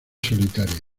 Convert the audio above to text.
solitarias